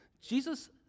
Jesus